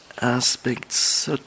aspects